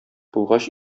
булгач